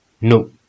no